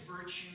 virtue